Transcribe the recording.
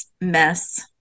mess